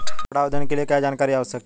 ऋण आवेदन के लिए क्या जानकारी आवश्यक है?